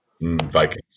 Vikings